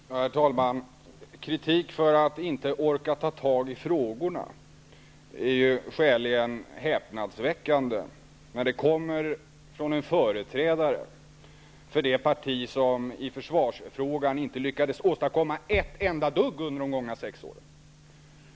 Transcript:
Herr talman! Kritiken för att vi inte skulle orka ta tag i frågorna är skäligen häpnadsväckande, när den kommer från en företrädare för det parti som i försvarsfrågan inte lyckades åstadkomma ett enda dugg under de gångna sex åren.